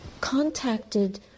contacted